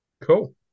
Cool